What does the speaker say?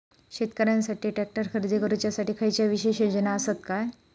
शेतकऱ्यांकसाठी ट्रॅक्टर खरेदी करुच्या साठी खयच्या विशेष योजना असात काय?